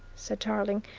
said tarling,